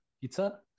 pizza